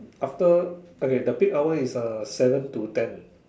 after okay the peak hour is uh seven to ten